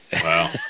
wow